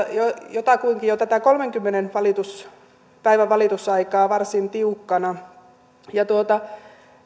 jotakuinkin jo tätä kolmenkymmenen päivän valitusaikaa varsin tiukkana ja syy